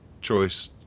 choice